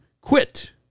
quit